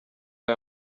aya